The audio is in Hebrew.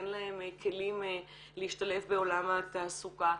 אין להן כלים להשתלב בעולם התעסוקה.